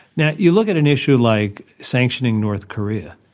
now you look at an issue like sanctioning north korea.